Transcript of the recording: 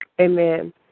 Amen